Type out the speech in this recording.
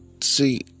see